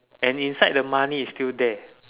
and inside the money is still there